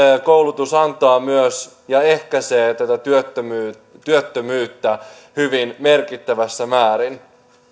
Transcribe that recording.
koulutus myös ehkäisee työttömyyttä työttömyyttä hyvin merkittävässä määrin